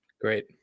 Great